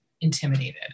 intimidated